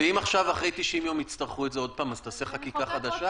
ואם עכשיו אחרי 90 יום יצטרכו את זה עוד פעם אז תעשה חקיקה חדשה?